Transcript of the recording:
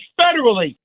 federally